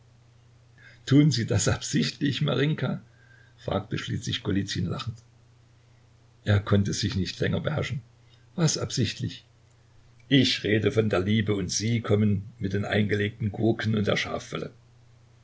tun sie das absichtlich marinjka fragte schließlich golizyn lachend er konnte sich nicht länger beherrschen was absichtlich ich rede von der liebe und sie kommen mit den eingelegten gurken und der